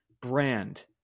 brand